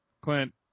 Clint